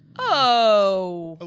oh, but